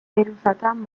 geruzatan